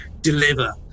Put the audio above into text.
deliver